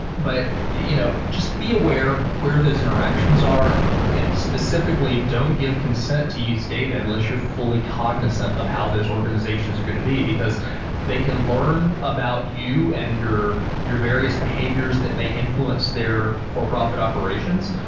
but you know just be aware where those interactions are and, specifically, don't give consent to use data unless you're fully cognizant of how those organizations are going to be, because they can learn about you and your your various behaviors that may influence their for-profit operations.